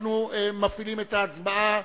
אנחנו מפעילים את ההצבעה: